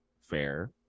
fair